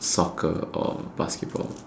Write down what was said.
soccer or basketball